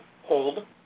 Hold